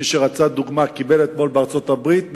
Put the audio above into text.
מי שרצה דוגמה, קיבל אתמול בארצות-הברית.